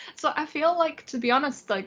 so i feel like to be honest, like